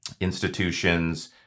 institutions